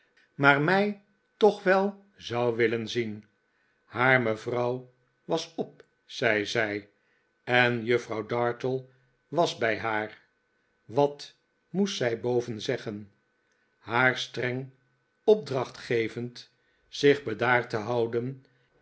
maar mij toch wel zou willen zien haar mevrouw was op zei zij en juffrouw dartle was bij haar wat moest zij boven zeggen haar streng opdracht gevend zich bedaard te houden